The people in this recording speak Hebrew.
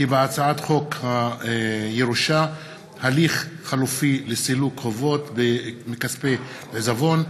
כי בהצעת חוק הירושה (הליך חלופי לסילוק חובות מכספי עיזבון),